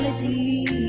the